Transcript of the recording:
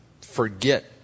forget